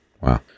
Wow